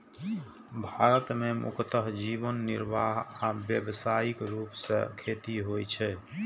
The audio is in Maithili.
भारत मे मुख्यतः जीवन निर्वाह आ व्यावसायिक रूप सं खेती होइ छै